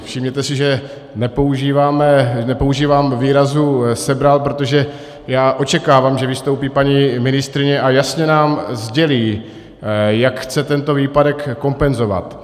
Všimněte si, že nepoužívám výrazu sebral, protože já očekávám, že vystoupí paní ministryně a jasně nám sdělí, jak chce tento výpadek kompenzovat.